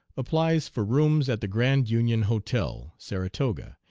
applies for rooms at the grand union hotel, saratoga,